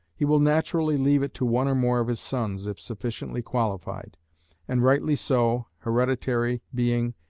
he will naturally leave it to one or more of his sons, if sufficiently qualified and rightly so, hereditary being,